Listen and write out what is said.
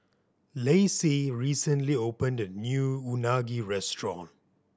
Lacey recently opened a new Unagi restaurant